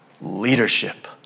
leadership